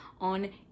on